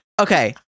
Okay